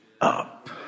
up